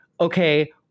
Okay